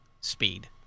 speed